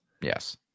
Yes